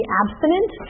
abstinent